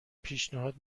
پیشنهاد